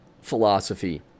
philosophy